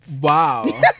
Wow